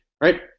right